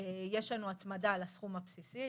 יש לנו הצמדה לסכום הבסיסי,